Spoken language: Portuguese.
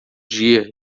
dia